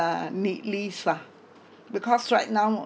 needlies ah because right now